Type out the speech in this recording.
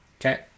Okay